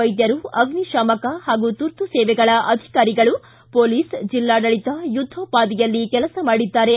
ವೈದ್ಯರು ಅಗ್ನಿಶಾಮಕ ಹಾಗೂ ತುರ್ತುಸೇವೆಗಳ ಅಧಿಕಾರಿಗಳು ಪೊಲೀಸ್ ಜಿಲ್ಲಾಡಳತ ಯುದ್ದೋಪಾದಿಯಲ್ಲಿ ಕೆಲಸ ಮಾಡಿದ್ದಾರೆ